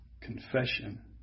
confession